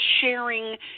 sharing